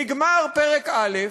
נגמר פרק א'